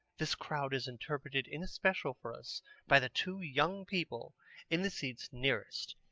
this crowd is interpreted in especial for us by the two young people in the seats nearest,